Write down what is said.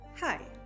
Hi